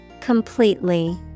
Completely